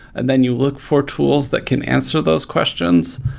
and then you look for tools that can answer those questions.